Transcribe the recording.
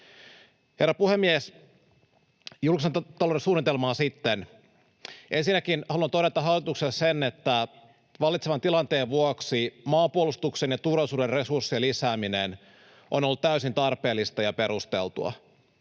Herra puhemies! Julkisen talouden suunnitelmaan sitten: Ensinnäkin haluan todeta hallitukselle sen, että vallitsevan tilanteen vuoksi maanpuolustuksen ja turvallisuuden resurssien lisääminen on ollut täysin tarpeellista ja perusteltua.